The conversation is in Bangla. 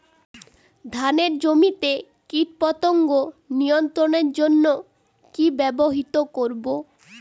ধানের জমিতে কীটপতঙ্গ নিয়ন্ত্রণের জন্য কি ব্যবহৃত করব?